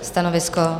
Stanovisko?